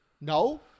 No